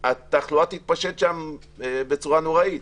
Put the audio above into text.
התחלואה תתפשט שם בצורה נוראית.